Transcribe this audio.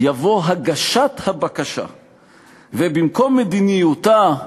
יבוא "הגשת הבקשה",/ במקום "מדיניותה"